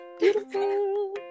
beautiful